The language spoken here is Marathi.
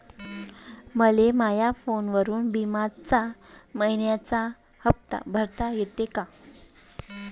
मले माया फोनवरून बिम्याचा मइन्याचा हप्ता भरता येते का?